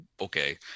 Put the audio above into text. okay